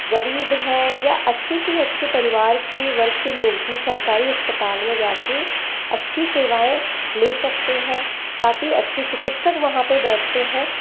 गरीब हैं या अच्छे से अच्छे परिवार के वर्ग के लोग भी सरकारी अस्पताल में जाके अच्छी सेवाएं ले सकते हैं काफ़ी अच्छे चिकित्सक वहाँ पे बैठते हैं